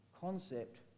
concept